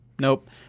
Nope